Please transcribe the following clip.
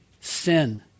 sin